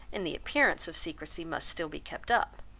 and the appearance of secrecy must still be kept up.